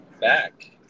back